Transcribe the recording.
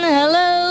Hello